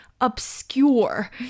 obscure